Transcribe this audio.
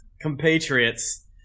compatriots